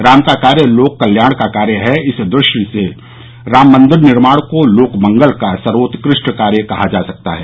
राम का कार्य लोक कल्याण का कार्य है इस दृष्टि से राम मंदिर निर्माण को लोक मंगल का सर्वोत्कृष्ट कार्य कहा जा सकता है